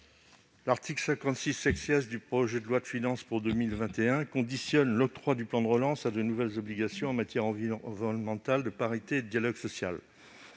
L'article 56 du projet de loi de finances pour 2021 conditionne l'octroi des aides du plan de relance à de nouvelles obligations en matière environnementale, de parité et de dialogue social.